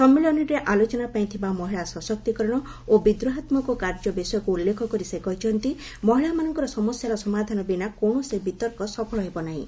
ସମ୍ମିଳନୀରେ ଆଲୋଚନାପାଇଁ ଥିବା ମହିଳା ସଶକ୍ତିକରଣ ଓ ବିଦ୍ରୋହାତ୍ମକ କାର୍ଯ୍ୟ ବିଷୟକୁ ଉଲ୍ଲେଖ କରି ସେ କହିଛନ୍ତି ମହିଳାମାନଙ୍କ ସମସ୍ୟାର ସମାଧାନ ବିନା କୌଣସି ବିତର୍କ ସଫଳ ହେବ ନାହିଁ